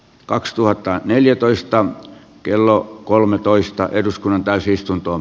kaksituhatta neljätoista me hoidamme näitä ihmisiä